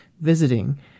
visiting